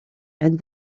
and